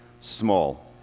small